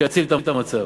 שיציל את המצב.